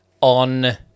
on